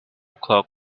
clock